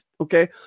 Okay